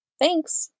Thanks